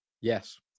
Yes